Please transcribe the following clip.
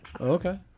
okay